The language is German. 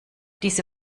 diese